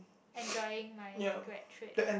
enjoying my grad trip